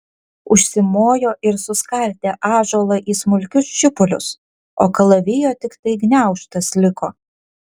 užsimojo ir suskaldė ąžuolą į smulkius šipulius o kalavijo tiktai gniaužtas liko